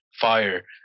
fire